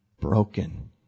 broken